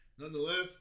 Nonetheless